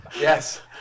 Yes